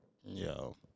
Yo